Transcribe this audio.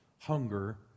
hunger